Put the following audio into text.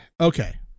okay